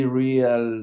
real